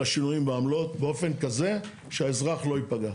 השינויים בעמלות באופן כזה שהאזרח לא ייפגע.